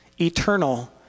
eternal